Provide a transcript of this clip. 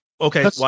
okay